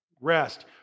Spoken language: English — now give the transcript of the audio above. rest